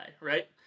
right